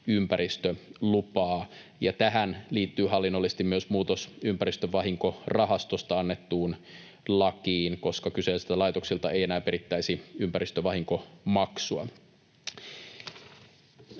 ympäristölupaa. Tähän liittyy hallinnollisesti myös muutos ympäristövahinkorahastosta annettuun lakiin, koska kyseisiltä laitoksilta ei enää perittäisi ympäristövahinkomaksua.